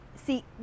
See